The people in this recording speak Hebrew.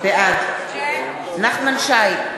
בעד נחמן שי,